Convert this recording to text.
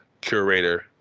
curator